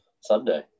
Sunday